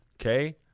Okay